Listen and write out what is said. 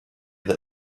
that